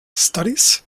studies